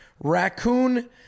raccoon